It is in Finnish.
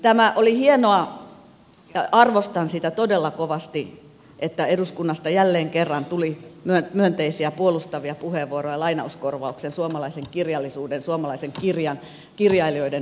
tämä oli hienoa arvostan sitä todella kovasti että eduskunnasta jälleen kerran tuli myönteisiä puolustavia puheenvuoroja lainauskorvauksen suomalaisen kirjallisuuden suomalaisen kirjan kirjailijoiden puolesta